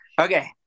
Okay